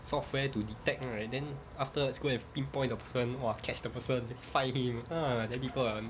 software to detect lah right then after just go and pinpoint the person !wah! catch the person fine him ha then people like um